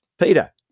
Peter